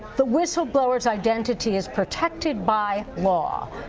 the whistleblower's identity is protected by law.